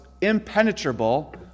impenetrable